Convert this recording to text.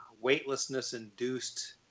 weightlessness-induced